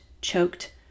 choked